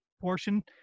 portion